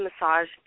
massage